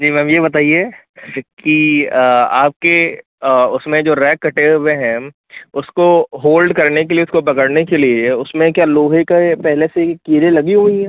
जी ma'am ये बताइए कि आपके उसमें जो रैक कटे हुए हैं उसको होल्ड करने के लिए उसको पकड़ने के लिए उसमें क्या लोहे के पहले से ही कीलें लगी हुई हैं